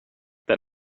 that